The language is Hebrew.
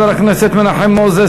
חבר הכנסת מנחם מוזס.